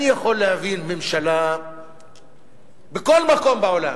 אני יכול להבין ממשלה בכל מקום בעולם